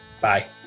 Bye